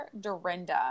Dorinda